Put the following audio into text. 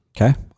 Okay